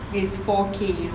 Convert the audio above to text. is four K you know